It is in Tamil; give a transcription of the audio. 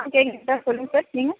ஆ கேட்குது சார் சொல்லுங்க சார் நீங்கள்